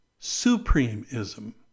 supremism